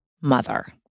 mother